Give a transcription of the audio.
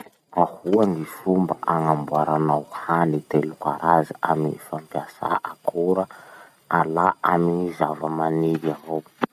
Ahoa gny fomba agnamboaranao hany telo karaza amy fampiasa akora alà amy zava-maniry avao?